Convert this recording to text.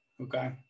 Okay